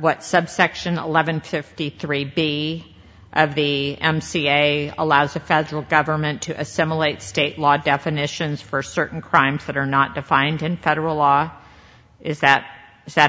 what subsection eleven fifty three b of the m c a allows the federal government to assimilate state law definitions for certain crimes that are not defined in federal law is that is that